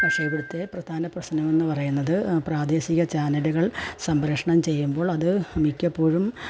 പക്ഷെ ഇവിടത്തെ പ്രധാന പ്രശ്നമെന്ന് പറയുന്നത് പ്രാദേശിക ചാനലുകൾ സംപ്രേഷണം ചെയ്യുമ്പോൾ അത് മിക്കപ്പോഴും